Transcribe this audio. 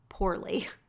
poorly